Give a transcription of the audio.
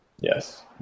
Yes